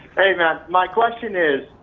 hey man, my question is,